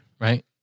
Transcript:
right